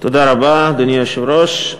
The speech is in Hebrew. אדוני היושב-ראש,